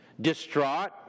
Distraught